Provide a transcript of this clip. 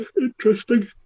interesting